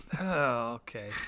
Okay